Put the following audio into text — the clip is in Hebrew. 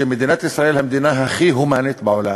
שמדינת ישראל היא המדינה הכי הומנית בעולם.